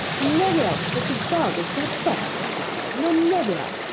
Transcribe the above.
nevaire such a dog as dat buck! he cried. no, nevaire!